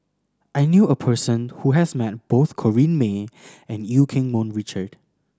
I knew a person who has met both Corrinne May and Eu Keng Mun Richard